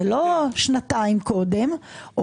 זה לא שנתיים קודם,